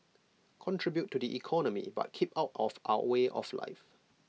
contribute to the economy but keep out of our way of life